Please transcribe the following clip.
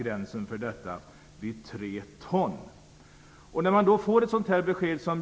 Gränsen för detta har satts vid 3 ton.